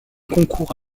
concours